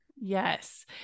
Yes